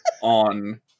on